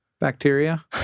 bacteria